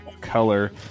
color